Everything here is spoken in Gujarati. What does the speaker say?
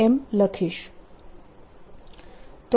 એમ લખીશ